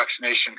vaccination